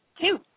two